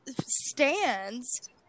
stands